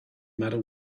matter